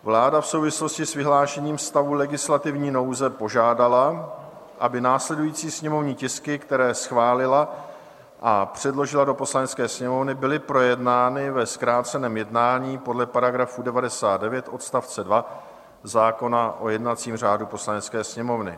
Vláda v souvislosti s vyhlášením stavu legislativní nouze požádala, aby následující sněmovní tisky, které schválila a předložila do Poslanecké sněmovny, byly projednány ve zkráceném jednání podle § 99 odst. 2 zákona o jednacím řádu Poslanecké sněmovny.